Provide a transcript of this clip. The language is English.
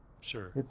Sure